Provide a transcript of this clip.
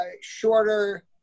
shorter